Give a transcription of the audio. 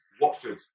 Watford